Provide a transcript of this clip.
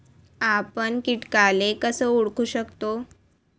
आपन कीटकाले कस ओळखू शकतो?